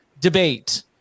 debate